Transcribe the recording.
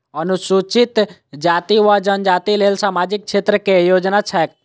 अनुसूचित जाति वा जनजाति लेल सामाजिक क्षेत्रक केँ योजना छैक?